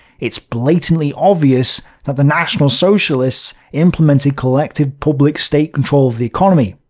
it's blatantly obvious that the national socialists implemented collective public state control of the economy,